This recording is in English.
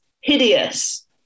hideous